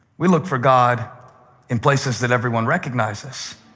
we look for god in places that everyone recognizes.